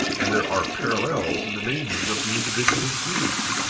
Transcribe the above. and there are parallels in the naming of the individual degrees.